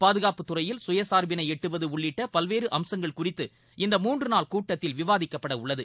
பாதுகாப்புத்துறையில் சுயசார்பினைஎட்டுவதுஉள்ளிட்டபல்வேறுஅம்சங்கள் குறிதது இந்த மூன்றுநாள் கூட்டத்தில் விவாதிக்கப்படஉள்ளது